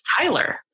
Tyler